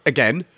Again